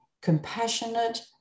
compassionate